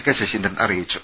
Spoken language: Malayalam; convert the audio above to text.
കെ ശശീന്ദ്രൻ അറിയിച്ചു